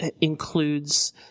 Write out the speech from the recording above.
includes –